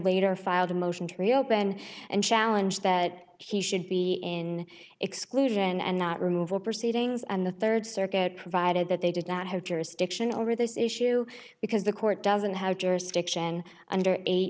later filed a motion to reopen and challenge that he should be in exclusion and that removal proceed things and the third circuit provided that they did not have jurisdiction over this issue because the court doesn't